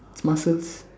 muscles